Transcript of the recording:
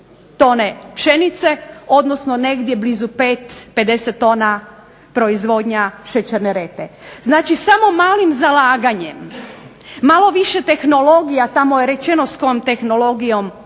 tone pšenice, odnosno negdje blizu 50 tona proizvodnja šećerne repe. Znači samo malim zalaganjem, malo više tehnologija, tamo je rečeno kojom tehnologijom